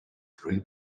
three